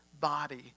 body